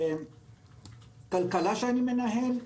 לכלכלה שאני מנהל,